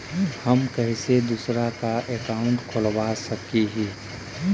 हम कैसे दूसरा का अकाउंट खोलबा सकी ही?